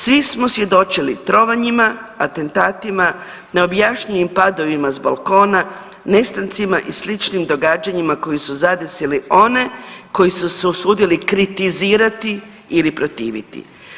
Svi smo svjedočili trovanjima, atentatima, neobjašnjivim padovima s balkona, nestancima i sličnim događanjima koje su zadesile one koji su se usudili kritizirati ili protiviti.